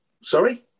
sorry